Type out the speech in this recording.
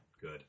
good